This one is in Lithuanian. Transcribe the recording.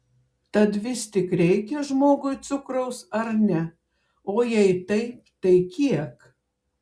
tad vis tik reikia žmogui cukraus ar ne o jei taip tai kiek